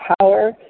power